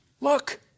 look